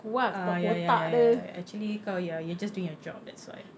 ah ya ya ya ya actually kau ya you're just doing your job that's why